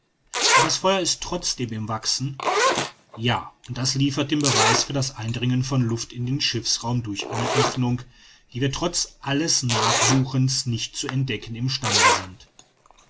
und das feuer ist trotzdem im wachsen ja und das liefert den beweis für das eindringen von luft in den schiffsraum durch eine oeffnung die wir trotz alles nachsuchens nicht zu entdecken im stande sind